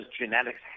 genetics